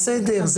זה בסדר,